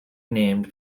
named